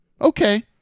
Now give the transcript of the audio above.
Okay